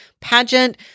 pageant